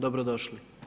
Dobro došli.